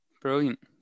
brilliant